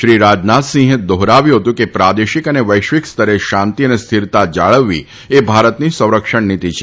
શ્રી રાજનાથસિંહે દોફરાવ્યું હતું કે પ્રાદેશિક અને વૈશ્વિક સ્તરે શાંતિ અને સ્થિરતા જાળવવી એ ભારતની સંરક્ષણનીતી છે